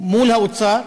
מול האוצר,